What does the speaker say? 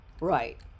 Right